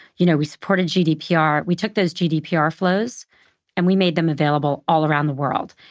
you know, we supported gdpr. we took those gdpr flows and we made them available all around the world.